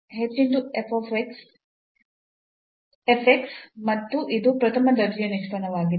ಆದ್ದರಿಂದ ಮತ್ತು ಇದು ಪ್ರಥಮ ದರ್ಜೆಯ ನಿಷ್ಪನ್ನವಾಗಿದೆ